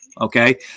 Okay